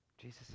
Jesus